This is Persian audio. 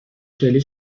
چلی